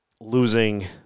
losing –